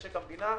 משק המדינה,